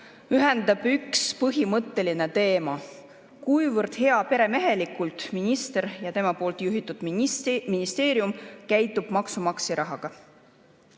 ühendab üks põhimõtteline teema: kuivõrd heaperemehelikult minister ja tema juhitud ministeerium käituvad maksumaksja rahaga?